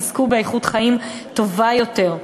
יזכו באיכות חיים טובה יותר.